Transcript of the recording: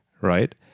right